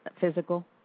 physical